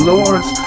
Lord's